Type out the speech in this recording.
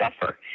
suffer